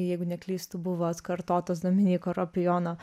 jeigu neklystu buvo atkartotos dominyko ropiono